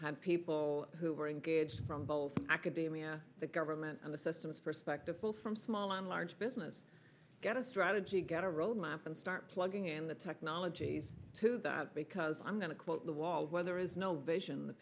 have people who are engaged from both academia the government and the systems perspective both from small and large business get a strategy get a roadmap and start plugging in the technologies to do that because i'm going to quote the wall where there is no vision the